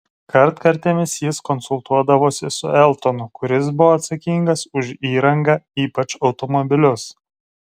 kartkartėmis jis konsultuodavosi su eltonu kuris buvo atsakingas už įrangą ypač automobilius